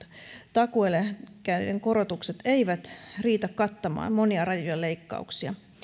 takuueläkkeiden korotukset eivät riitä kattamaan monia rajuja leikkauksia